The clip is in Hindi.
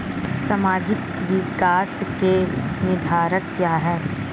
सामाजिक विकास के निर्धारक क्या है?